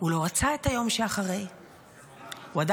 הוא לא רצה את היום שאחרי.